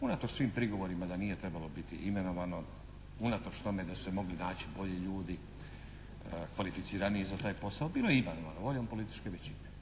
unatoč svim prigovorima da nije trebalo biti imenovano, unatoč tome da su se mogli naći bolji ljudi, kvalificiraniji za taj posao bilo imenovano voljom političke većine